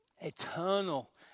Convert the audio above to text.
eternal